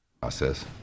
process